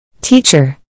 Teacher